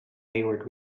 wayward